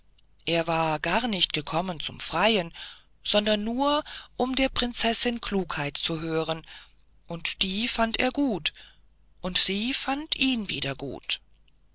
er war gar nicht gekommen zum freien sondern nur um der prinzessin klugheit zu hören und die fand er gut und sie fand ihn wieder gut